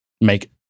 make